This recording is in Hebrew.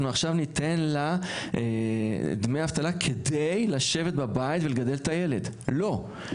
אנחנו עכשיו ניתן לה דמי אבטלה כדי לשבת בבית ולגדל את הילד - לא.